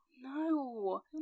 No